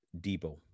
Debo